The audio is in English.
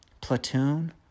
Platoon